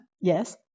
yes